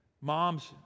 Moms